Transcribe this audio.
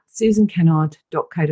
susankennard.co.uk